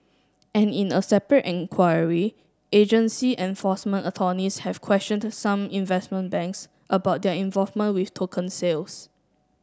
and in a separate inquiry agency enforcement attorneys have questioned some investment banks about their involvement with token sales